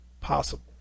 possible